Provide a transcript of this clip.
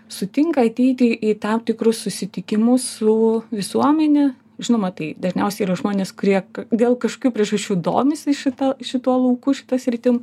sutinka ateiti į tam tikrus susitikimus su visuomene žinoma tai dažniausiai yra žmonės kurie dėl kažokių priežasčių domisi šita šituo lauku šita sritim